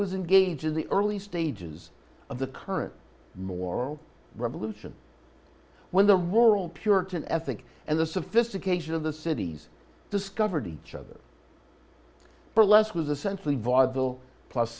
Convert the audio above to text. was engaged in the early stages of the current moral revolution when the rural puritan ethic and the sophistication of the cities discovered each other burlesque was essentially vaudeville plus